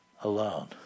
alone